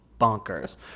bonkers